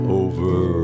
over